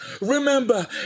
Remember